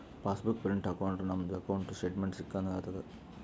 pass book print ಹಾಕೊಂಡುರ್ ನಮ್ದು ಅಕೌಂಟ್ದು ಸ್ಟೇಟ್ಮೆಂಟ್ ಸಿಕ್ಕಂಗ್ ಆತುದ್